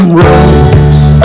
rose